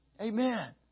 Amen